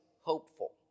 hopeful